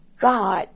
God